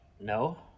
no